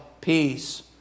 peace